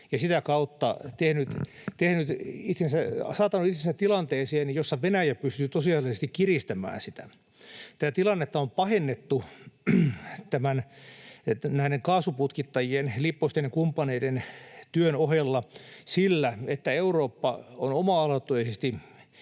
ja sitä kautta saattanut itsensä tilanteeseen, jossa Venäjä pystyy tosiasiallisesti kiristämään sitä. Tätä tilannetta on pahennettu näiden kaasuputkittajien, Lipposten ja kumppaneiden, työn ohella sillä, että Eurooppa on oma-aloitteisesti,